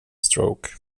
stroke